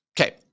Okay